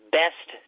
best